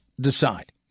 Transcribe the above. decide